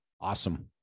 Awesome